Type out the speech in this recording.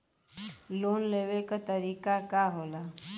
Loan लेवे क तरीकाका होला?